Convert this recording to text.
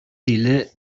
тиле